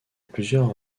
plusieurs